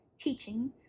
teaching